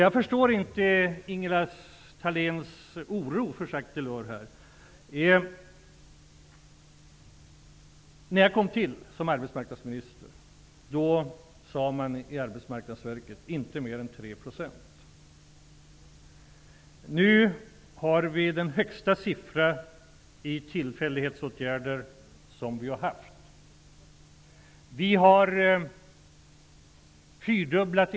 Jag förstår inte Ingela Thaléns oro för Jacques Delors. När jag blev arbetsmarknadsminister sade Arbetsmarknadsverket att inte mer än 3 % skulle vara sysselsatta i åtgärder. Nu har vi den hittills högsta siffran av människor sysselsatta i tillfällighetsåtgärder.